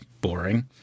boring